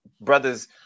Brothers